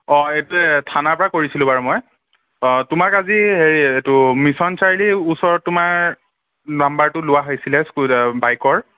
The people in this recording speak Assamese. অ এইটো থানাৰ পৰা কৰিছিলোঁ বাৰু মই তোমাক আজি এইটো মিশ্যন চাৰিআলি ওচৰত তোমাৰ নাম্বাৰটো লোৱা হৈছিলে বাইকৰ